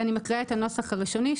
אני מקריאה את הנוסח הראשוני: